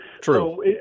true